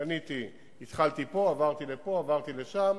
קניתי, התחלתי פה, עברתי לפה, עברתי לשם,